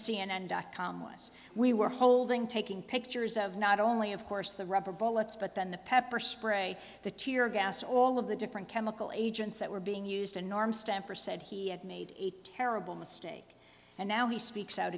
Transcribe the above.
n dot com was we were holding taking pictures of not only of course the rubber bullets but then the pepper spray the tear gas all of the different chemical agents that were being used and norm stamper said he had made a terrible mistake and now he speaks out